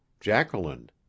Jacqueline